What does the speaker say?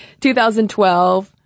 2012